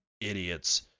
idiots